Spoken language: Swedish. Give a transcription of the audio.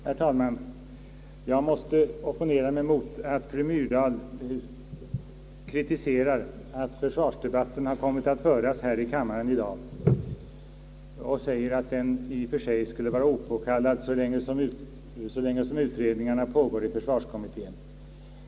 Herr talman! Jag måste opponera mig mot att fru Myrdal kritiserar att försvarsdebatten har kommit att föras in här i kammaren i dag. Fru Myrdal säger att den i och för sig skulle vara opåkallad så länge överläggningarna pågår i försvarsutredningen.